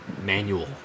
manual